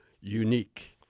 unique